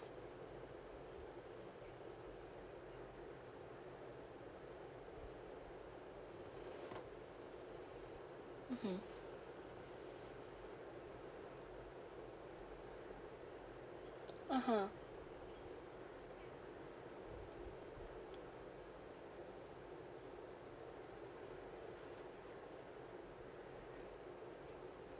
mmhmm (uh huh)